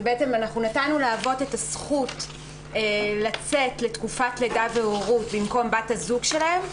נתנו לאבות את הזכות לצאת לתקופת לידה והורות במקום בת הזוג שלהם.